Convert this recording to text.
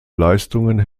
leistungen